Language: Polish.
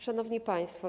Szanowni Państwo!